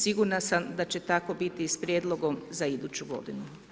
Sigurna sam da će tako biti i s prijedlogom za iduću godinu.